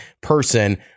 person